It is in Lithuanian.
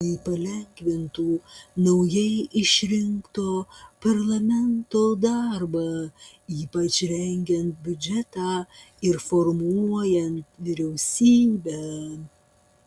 tai palengvintų naujai išrinkto parlamento darbą ypač rengiant biudžetą ir formuojant vyriausybę